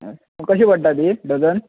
कशी पडटा ती डजन